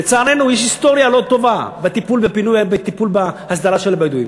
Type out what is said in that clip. לצערנו יש היסטוריה לא טובה בטיפול בהסדרה של הבדואים.